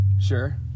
Sure